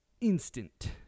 instant